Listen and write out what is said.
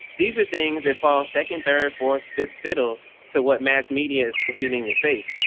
these are things that fall, second, third, fourth, fifth fiddle to what mass media is putting in your face.